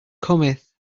cometh